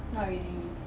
not really